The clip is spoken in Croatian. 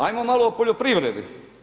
Ajmo malo o poljoprivredi.